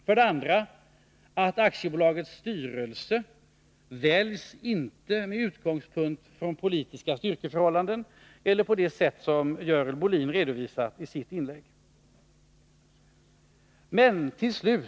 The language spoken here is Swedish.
För det andra väljs inte aktiebolagets styrelse med utgångspunkt i politiska styrkeförhållanden utan på det sätt som Görel Bohlin redovisat i sitt inlägg. Herr talman!